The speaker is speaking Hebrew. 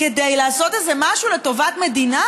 כדי לעשות איזה משהו לטובת מדינה